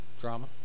drama